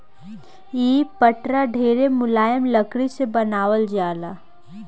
इ पटरा ढेरे मुलायम लकड़ी से बनावल जाला